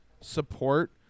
support